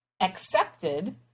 accepted